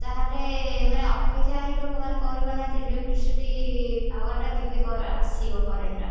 ତାହେଲେ ମାନେ ଅପେକ୍ଷା ହିଁ ଲୋକମାନେ କରିପାରୁନାହାନ୍ତି ଇଲେକ୍ଟ୍ରିସିଟି ପାୱାରଟା କେବେ ଆସିବ କରେଣ୍ଟଟା